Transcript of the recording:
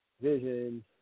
vision